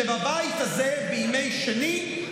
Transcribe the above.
שבבית הזה בימי שני,